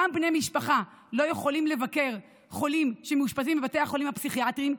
גם בני משפחה לא יכולים לבקר חולים שמאושפזים בבתי החולים הפסיכיאטריים,